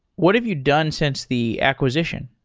what have you done since the acquisition?